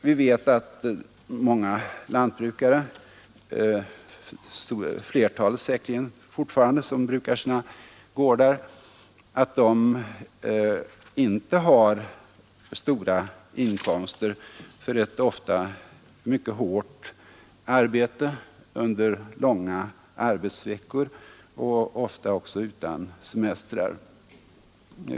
Vi vet att många lantbrukare — säkerligen flertalet av dem — inte har stora inkomster för ett ofta mycket hårt arbete under långa arbetsveckor, ofta utan semester.